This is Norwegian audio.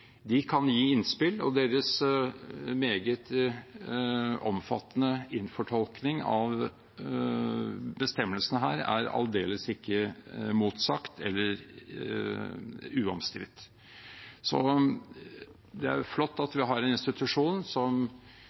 De kan gi innspill, og deres meget omfattende innfortolkning av bestemmelsene her er aldeles ikke motsagt eller uomstridt. Det er flott at vi har en institusjon som